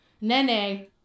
Nene